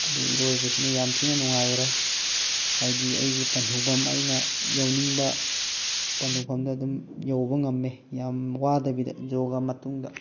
ꯏꯔꯣꯏꯕꯁꯤꯅ ꯌꯥꯝ ꯊꯤꯅ ꯅꯨꯡꯉꯥꯏꯈ꯭ꯔꯦ ꯍꯥꯏꯗꯤ ꯑꯩꯒꯤ ꯄꯟꯊꯨꯡꯐꯝ ꯑꯩꯅ ꯌꯧꯅꯤꯡꯕ ꯄꯟꯊꯨꯡꯐꯝꯗꯣ ꯑꯗꯨꯝ ꯌꯧꯕ ꯉꯝꯃꯦ ꯌꯥꯝ ꯋꯥꯗꯕꯤꯗ ꯌꯣꯒꯥ ꯃꯇꯨꯡꯗ